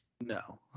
No